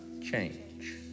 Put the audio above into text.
change